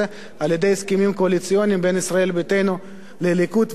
על-ידי הסכמים קואליציוניים בין ישראל ביתנו לליכוד,